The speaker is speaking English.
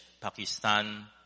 Pakistan